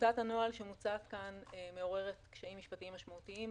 טיוטת הנוהל שמוצעת כאן מעוררת קשיים משפטיים משמעותיים,